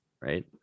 right